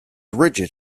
rigid